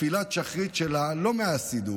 תפילת השחרית שלה לא מהסידור,